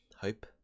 hope